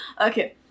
Okay